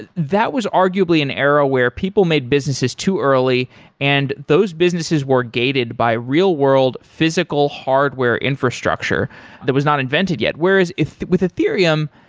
that that was arguably an era where people made businesses too early and those businesses were gated by real-world physical hardware infrastructure that was not invented yet. whereas with ethereum,